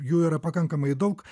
jų yra pakankamai daug